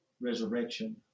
resurrection